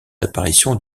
apparitions